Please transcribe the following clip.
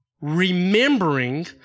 remembering